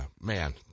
man